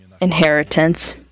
inheritance